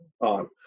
on